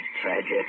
Tragic